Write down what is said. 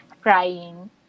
crying